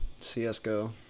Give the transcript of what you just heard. CSGO